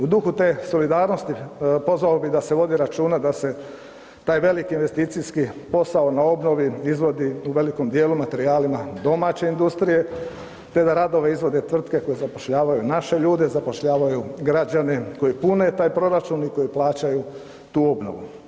U duhu te solidarnosti pozvao bi da se vodi računa, da se taj veliki investicijski posao na obnovi izvodi u velikom dijelu materijalima domaće industrije te da radove izvode tvrtke koje zapošljavaju naše ljude, zapošljavaju građane koji pune taj proračun i koji plaćaju tu obnovu.